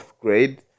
grade